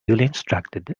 instructed